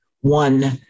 one